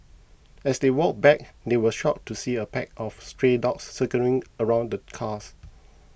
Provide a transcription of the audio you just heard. as they walked back they were shocked to see a pack of stray dogs circling around the cars